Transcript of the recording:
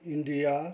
India